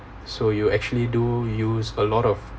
so you actually do use a lot of